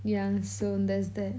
yeah so there's that